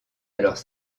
alors